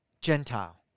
Gentile